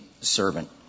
Servant